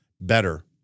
better